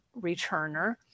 returner